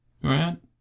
Right